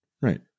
right